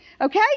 Okay